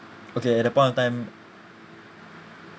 okay at the point of time